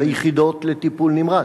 ביחידות לטיפול נמרץ.